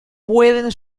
pueden